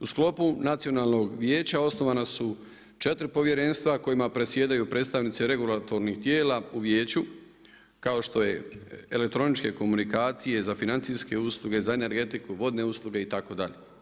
U sklopu Nacionalnog vijeća osnovana su 4 povjerenstva kojima predsjedaju predstavnici regulatornih tijela u vijeću kao što je elektroničke komunikacije za financijske usluge, za energetiku, vodne usluge itd.